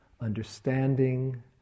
understanding